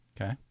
Okay